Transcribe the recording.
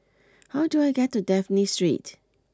how do I get to Dafne Street